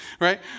Right